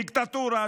דיקטטורה,